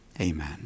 amen